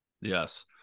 Yes